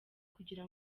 kugira